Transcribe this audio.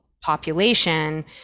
population